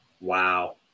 Wow